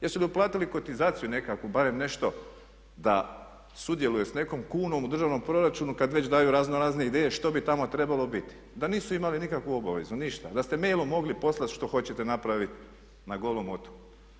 Jesu li uplatili kotizaciju nekakvu, barem nešto da sudjeluje s nekom kunom u državnom proračunu kad već daju razno razne ideje što bi tamo trebalo biti, da nisu imali nikakvu obavezu, ništa, da ste mailom mogli poslati što hoćete napraviti na Golom Otoku.